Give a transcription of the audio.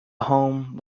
home